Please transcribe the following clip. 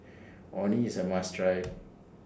Orh Nee IS A must Try